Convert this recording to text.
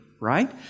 right